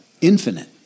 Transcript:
Infinite